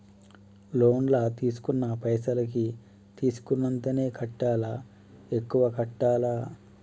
Loan లా తీస్కున్న పైసల్ కి తీస్కున్నంతనే కట్టాలా? ఎక్కువ కట్టాలా?